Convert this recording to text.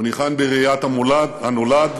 הוא ניחן בראיית הנולד,